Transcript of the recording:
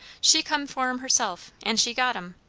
she come for em herself, and she got em.